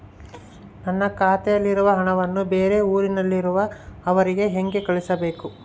ನನ್ನ ಖಾತೆಯಲ್ಲಿರುವ ಹಣವನ್ನು ಬೇರೆ ಊರಿನಲ್ಲಿರುವ ಅವರಿಗೆ ಹೇಗೆ ಕಳಿಸಬೇಕು?